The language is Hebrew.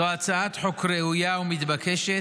זו הצעת חוק ראויה ומתבקשת,